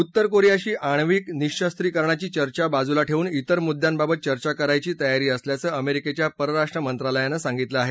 उत्तर कोरियाशी आणिवक निशस्त्रीकरणाची चर्चा बाजूला ठेवून तिर मुद्दयांबाबत चर्चा करायची तयारी असल्याचं अमेरिकेच्या परराष्ट्र मंत्रालयानं सांगितलं आहे